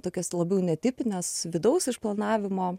tokias labiau netipines vidaus išplanavimo